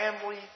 family